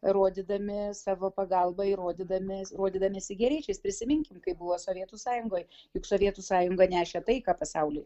rodydami savo pagalbą įrodydami rodydamiesi geriečiais prisiminkime kaip buvo sovietų sąjungoj juk sovietų sąjunga nešė taiką pasauly